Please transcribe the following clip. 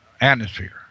atmosphere